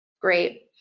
Great